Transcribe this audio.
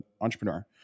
entrepreneur